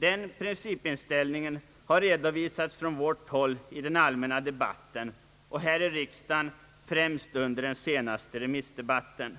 Denna principinställning har redovisats från vårt håll i den allmänna debatten och här i riksdagen främst i den senaste remissdebatten.